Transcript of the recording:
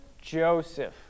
Joseph